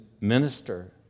minister